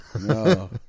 No